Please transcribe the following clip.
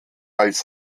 als